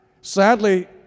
Sadly